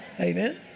Amen